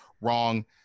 wrong